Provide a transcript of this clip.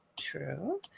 True